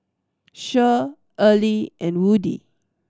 Cher Earley and Woodie